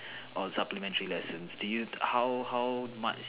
or supplementary lessons do you how how much